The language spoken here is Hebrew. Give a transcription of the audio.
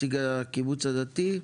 נציג הקיבוץ הדתי?